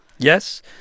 Yes